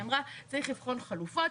היא אמרה צריך לבחון חלופות,